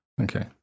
Okay